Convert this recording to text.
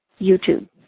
YouTube